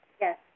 Yes